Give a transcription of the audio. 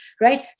right